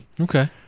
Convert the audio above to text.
Okay